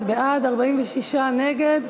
31 בעד, 46 נגד.